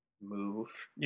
move